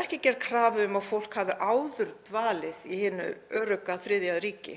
Ekki er gerð krafa um að fólk hafi áður dvalið í hinu örugga þriðja ríki.